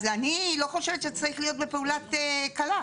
אני לא חושב שזה צריך להיות בפעולה קלה.